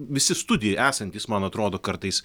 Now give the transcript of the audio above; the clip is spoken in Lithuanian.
visi studijoj esantys man atrodo kartais